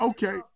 Okay